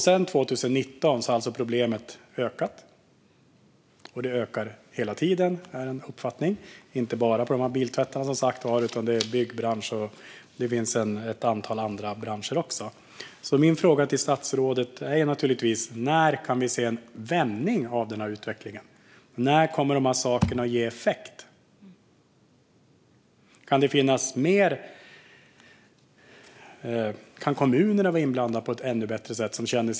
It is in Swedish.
Sedan 2019 har alltså problemet ökat, och det ökar hela tiden, inte bara på biltvättarna utan också i byggbranschen och ett antal andra branscher. Min fråga till statsrådet är naturligtvis: När kan vi se en vändning av den här utvecklingen? När kommer de här åtgärderna att ge effekt? Kan kommunerna, som känner sin lokala marknad, vara inblandade på ett ännu bättre sätt?